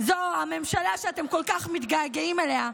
זו הממשלה שאתם כל כך מתגעגעים אליה,